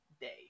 day